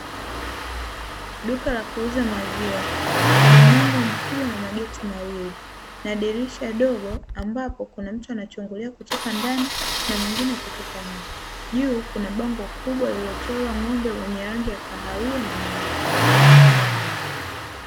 Duka la kuuza maziwa, lina mlango mkubwa na mageti mawili na dirisha dogo ambapo kuna mtu anachungulia kutoka ndani na mwingine kutoka nje. Juu kuna bango kubwa lililochorwa ng'ombe wenye rangi ya kahawia na nyeupe.